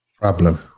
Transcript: Problem